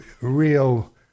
real